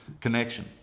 connection